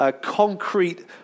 concrete